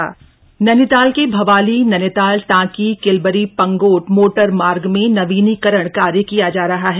मोटरमार्ग बंद नैनीताल के भवाली नैनीताल टांकी किलबरी पंगोट मोटरमार्ग में नवीनीकरण कार्य किया जा रहा है